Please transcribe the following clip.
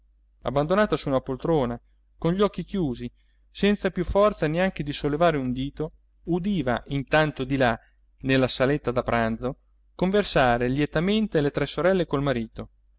abbandonata su una poltrona con gli occhi chiusi senza più forza neanche di sollevare un dito udiva intanto di là nella saletta da pranzo conversare lietamente le tre sorelle col marito